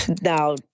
now